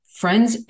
friends